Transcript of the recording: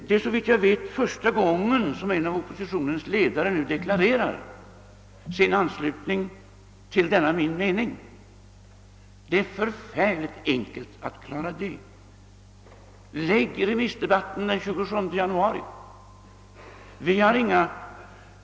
Det är såvitt jag vet första gången som en oppositionsledare nu deklarerar sin anslutning till denna min uppfattning. Det är kolossalt enkelt att klara det. Förlägg remissdebatiten till den 27 januari!